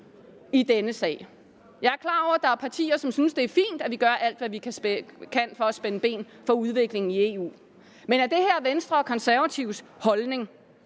i denne sag. Jeg er klar over, at der er partier, som synes, det er fint, at vi gør alt, hvad vi kan, for at spænde ben for udviklingen i EU, men er det her Venstre og Konservatives holdning?